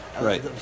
right